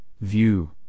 view